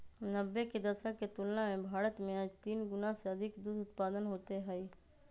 नब्बे के दशक के तुलना में भारत में आज तीन गुणा से अधिक दूध उत्पादन होते हई